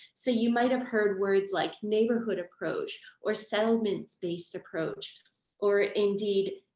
so you might have heard words like neighbourhood approach or settlements based approach or indeed